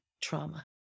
trauma